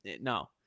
no